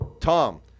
Tom